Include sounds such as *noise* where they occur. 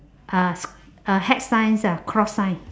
a *noise* a hex signs ah cross sign